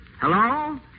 Hello